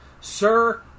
Sir